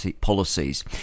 policies